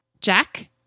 Jack